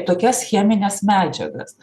tokias chemines medžiagas